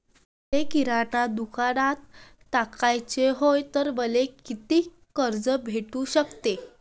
मले किराणा दुकानात टाकाचे हाय तर मले कितीक कर्ज भेटू सकते?